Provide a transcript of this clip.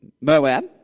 Moab